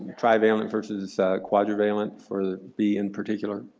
trivalent versus quadrivalent for b, in particular?